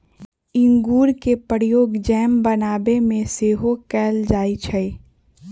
इंगूर के प्रयोग जैम बनाबे में सेहो कएल जाइ छइ